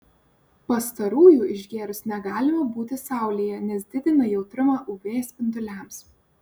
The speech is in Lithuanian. pastarųjų išgėrus negalima būti saulėje nes didina jautrumą uv spinduliams